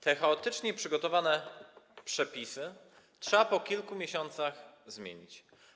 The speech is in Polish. Te chaotycznie przygotowane przepisy trzeba po kilku miesiącach zmienić.